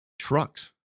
Trucks